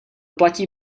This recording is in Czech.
platí